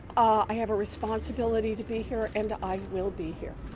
i have a responsibility to be here and i will be here.